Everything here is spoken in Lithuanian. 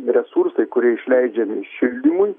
resursai kurie išleidžiami šildymui